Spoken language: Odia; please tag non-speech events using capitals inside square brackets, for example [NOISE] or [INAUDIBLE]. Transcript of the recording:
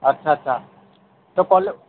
ଆଚ୍ଛା ଆଚ୍ଛା ତ [UNINTELLIGIBLE]